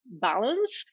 balance